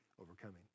overcoming